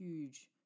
huge